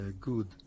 good